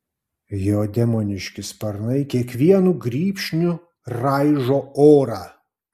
jo demoniški sparnai kiekvienu grybšniu raižo orą